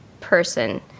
person